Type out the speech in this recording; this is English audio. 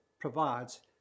provides